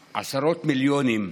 המשמחים, בדרנים,